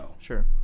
Sure